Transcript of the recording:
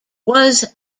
was